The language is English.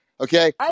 okay